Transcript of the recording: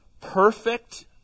perfect